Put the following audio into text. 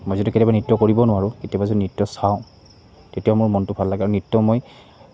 মই যদি কেতিয়াবা নৃত্য কৰিবও নোৱাৰোঁ কেতিয়াবা যদি নৃত্য চাওঁ তেতিয়াও মোৰ মনটো ভাল লাগে আৰু নৃত্য মই